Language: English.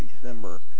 December